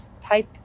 pipe